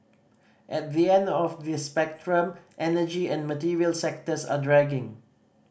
at the end of the spectrum energy and material sectors are dragging